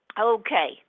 Okay